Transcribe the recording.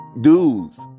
dudes